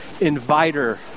inviter